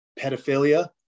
pedophilia